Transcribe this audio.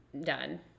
done